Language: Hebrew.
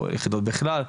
או יחידות בכלל.